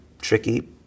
tricky